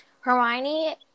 Hermione